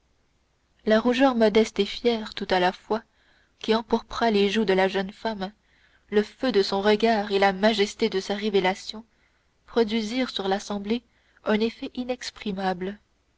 la rougeur modeste et fière tout à la fois qui empourpra les joues de la jeune femme le feu de son regard et la majesté de sa révélation produisirent sur l'assemblée un effet